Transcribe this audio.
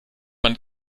man